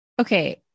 Okay